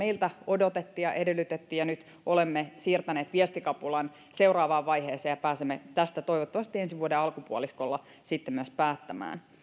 meiltä odotettiin ja edellytettiin ja nyt olemme siirtäneet viestikapulan seuraavaan vaiheeseen ja pääsemme tästä toivottavasti ensi vuoden alkupuoliskolla sitten myös päättämään